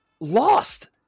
lost